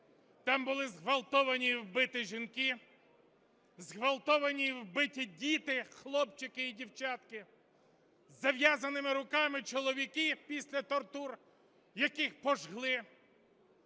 Там були зґвалтовані і вбиті жінки, зґвалтовані і вбиті діти, хлопчики і дівчатка, з зав'язаними руками чоловіки після тортур, яких пожгли.